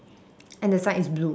and the side is blue